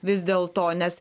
vis dėlto nes